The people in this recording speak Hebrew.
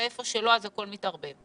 ואיפה שלא הכול מתערבב.